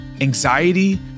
Anxiety